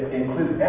include